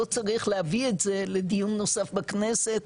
לא צריך להביא את זה לדיון נוסף בכנסת,